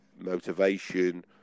motivation